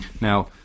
Now